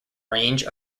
range